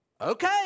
Okay